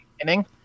inning